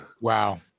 wow